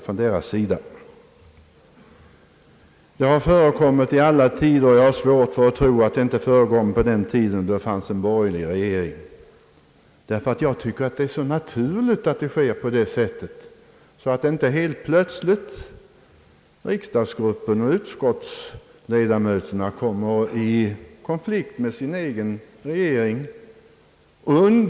Sådana kontakter har förekommit i alla tider, och jag har svårt att tro att de inte förekom på den tid det fanns en borgerlig regering. Jag tycker det är naturligt att sådana kontakter tas, så att inte riksdagsgruppen och utskottsledamöterna helt plötsligt kommer i konflikt med sin egen regering.